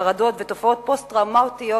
חרדות ותופעות פוסט-טראומטיות